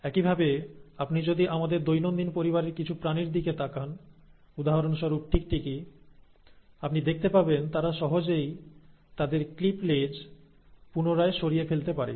একইভাবে আপনি যদি আমাদের দৈনন্দিন পরিবারের কিছু প্রাণীর দিকে তাকান উদাহরণস্বরূপ টিকটিকি আপনি দেখতে পাবেন তারা সহজেই তাদের ক্লিপ লেজ পুনরায় সরিয়ে ফেলতে পারে